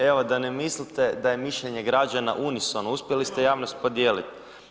Evo, da ne mislite da je mišljenje građana unisono, uspjeli ste javnost podijeliti.